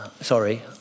sorry